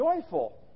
joyful